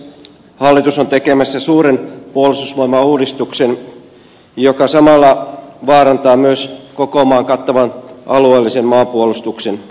hallitus on tekemässä suuren puolustusvoimauudistuksen joka samalla vaarantaa myös koko maan kattavan alueellisen maanpuolustuksen